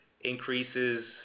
increases